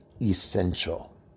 essential